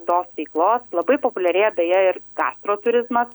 tos veiklos labai populiarėja beje ir gastro turizmas